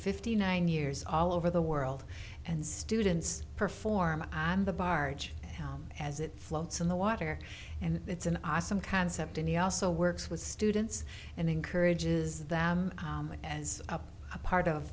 fifty nine years all over the world and students perform on the barge as it floats in the water and it's an awesome concept and he also works with students and encourages them as a part of